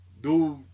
Dude